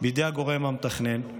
בידי הגורם המתכנן,